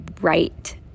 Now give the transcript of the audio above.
right